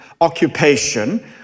occupation